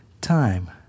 time